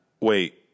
Wait